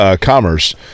Commerce